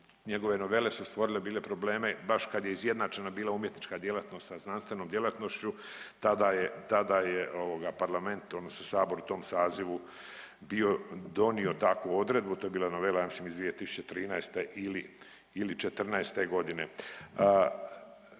njegove novele su stvorile bile probleme baš kad je izjednačena bila umjetnička djelatnost sa znanstvenom djelatnošću tada je, tada je ovoga parlament odnosno sabor u tom sazivu bio donio takvu odredbu, to je bila novela ja mislim iz 2013. ili, ili